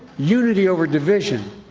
unity over division.